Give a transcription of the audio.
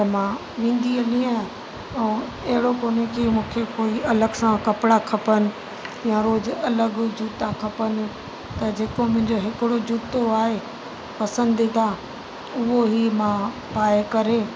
त मां वेंदी हली आहियां ऐं अहिड़ो कोन्हे की मूंखे कोई अलॻि सां कपिड़ा खपनि या रोज़ु अलॻि जूता खपनि त जेको मुंहिंजो हिकिड़ो जूतो आहे पसंदीदा उहो ई मां पाए करे